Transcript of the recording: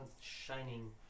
shining